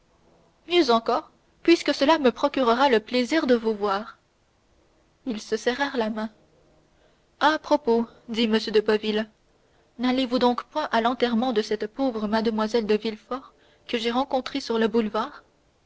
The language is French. mieux encore puisque cela me procurera le plaisir de vous voir ils se serrèrent la main à propos dit m de boville n'allez-vous donc point à l'enterrement de cette pauvre mlle de villefort que j'ai rencontré sur le boulevard